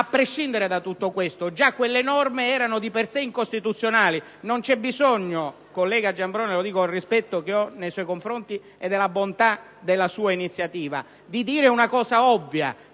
A prescindere da tutto questo, già quelle norme erano di per se incostituzionali. Non c'è bisogno ‑ collega Giambrone, lo dico con tutto il rispetto che ho per lei e per la bontà della sua iniziativa ‑ di dire una cosa ovvia,